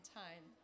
time